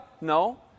No